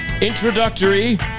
introductory